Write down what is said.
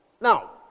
Now